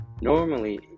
Normally